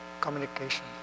communication